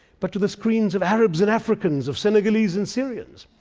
but to the screens of arabs and africans, of senegalese and syrians.